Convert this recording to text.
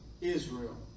Israel